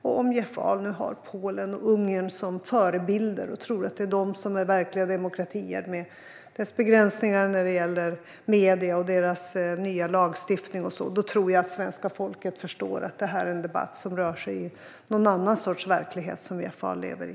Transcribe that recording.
Om Jeff Ahl nu har Polen och Ungern som förebilder, med deras begränsningar när det gäller medier, deras nya lagstiftning och så vidare, och tror att det är de som är verkliga demokratier tror jag att svenska folket förstår att det här är en debatt som rör sig i någon annan sorts verklighet som Jeff Ahl lever i.